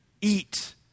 Eat